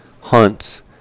hunts